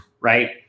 right